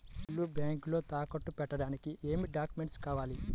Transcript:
ఇల్లు బ్యాంకులో తాకట్టు పెట్టడానికి ఏమి డాక్యూమెంట్స్ కావాలి?